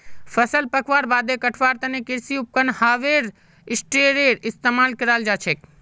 फसल पकवार बादे कटवार तने कृषि उपकरण हार्वेस्टरेर इस्तेमाल कराल जाछेक